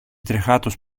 τρεχάτος